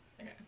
Okay